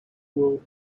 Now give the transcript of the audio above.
world